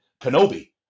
Kenobi